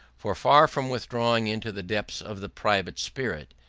for far from withdrawing into the depths of the private spirit,